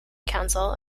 council